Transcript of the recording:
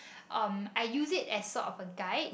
um I use it as sort of a guide